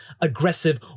aggressive